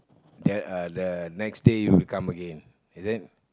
that uh the next day will come again is it